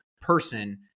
person